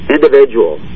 individual